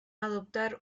adoptar